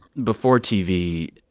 before tv,